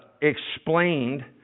explained